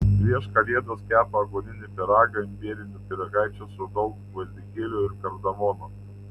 prieš kalėdas kepa aguoninį pyragą imbierinių pyragaičių su daug gvazdikėlių ir kardamono